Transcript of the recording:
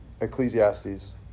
Ecclesiastes